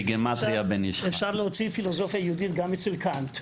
אפשר להוציא פילוסופיה יהודית גם מקאנט,